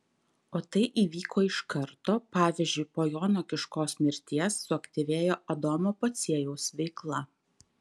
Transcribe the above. o tai įvyko iš karto pavyzdžiui po jono kiškos mirties suaktyvėjo adomo pociejaus veikla